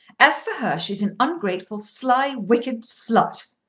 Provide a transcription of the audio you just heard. as for her, she's an ungrateful, sly, wicked slut.